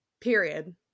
period